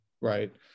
right